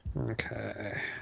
Okay